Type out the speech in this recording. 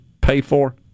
pay-for